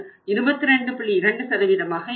2 சதவீதமாக இருக்கும்